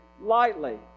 lightly